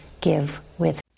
givewith